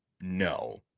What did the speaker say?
no